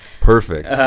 perfect